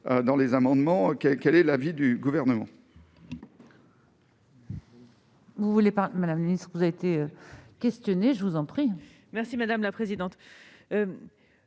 sur cet amendement. Quel est l'avis du Gouvernement ?